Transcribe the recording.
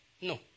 no